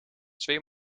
twee